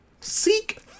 seek